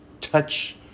touch